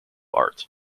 art